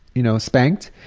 you know, spanked?